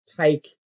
take